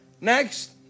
next